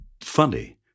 funny